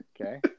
Okay